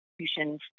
institutions